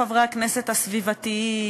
חברי הכנסת הסביבתיים,